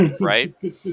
right